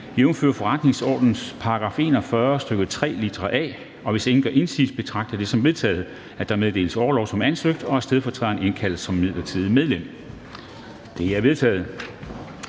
jf. forretningsordenens § 41, stk. 3, litra a. Hvis ingen gør indsigelse, betragter jeg det som vedtaget, at der meddeles orlov som ansøgt, og at stedfortræderen indkaldes som midlertidigt medlem. Det er vedtaget.